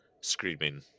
screaming